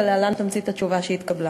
ולהלן תמצית התשובה שהתקבלה: